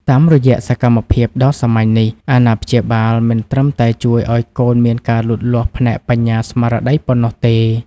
តាមរយៈសកម្មភាពដ៏សាមញ្ញនេះ អាណាព្យាបាលមិនត្រឹមតែជួយឱ្យកូនមានការលូតលាស់ផ្នែកបញ្ញាស្មារតីប៉ុណ្ណោះទេ